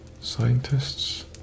Scientists